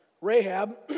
Rahab